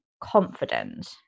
confident